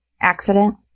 Accident